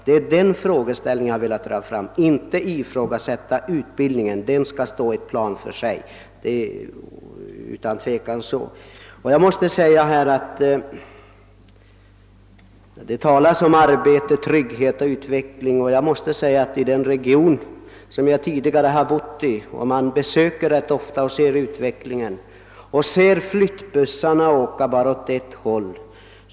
Det är den frågeställning jag velat dra fram, men jag har inte ifrågasatt utbildningen; den skall utan tvivel stå på ett plan för sig. Det talas om arbete, trygghet och utveckling. Jag besöker rätt ofta den region som jag tidigare har bott i och ser utvecklingen där, ser flyttbussarna gå bara åt ett håll.